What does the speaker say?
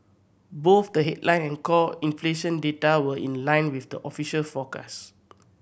both the headline and core inflation data were in line with the official forecast